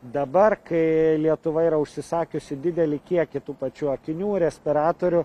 dabar kai lietuva yra užsisakiusi didelį kiekį tų pačių akinių respiratorių